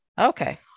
Okay